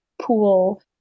pool